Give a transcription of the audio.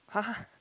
!huh!